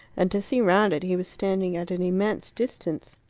and to see round it he was standing at an immense distance.